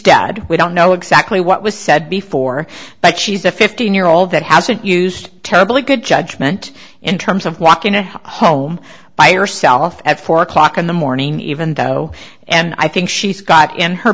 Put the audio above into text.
dead we don't know exactly what was said before but she's a fifteen year old that hasn't used terribly good judgment in terms of walking to home by herself at four o'clock in the morning even though and i think she's got in her